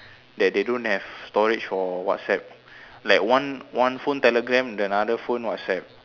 that they don't have storage for WhatsApp like one one phone telegram the other phone WhatsApp